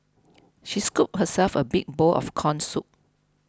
she scooped herself a big bowl of Corn Soup